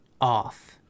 off